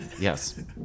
Yes